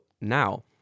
Now